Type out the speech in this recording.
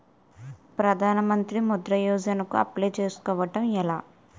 ప్రధాన మంత్రి ముద్రా యోజన కు అప్లయ్ చేసుకోవటం ఎలా?